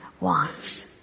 wants